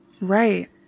Right